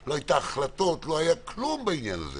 לא היה כלום בעניין הזה